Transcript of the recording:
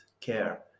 care